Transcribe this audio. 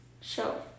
Show